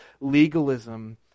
legalism